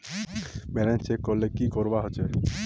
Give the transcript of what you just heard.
Balance check करले की करवा होचे?